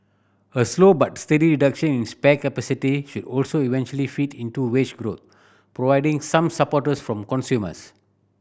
a slow but steady reduction in spare capacity should also eventually feed into wage growth providing some supporters from consumers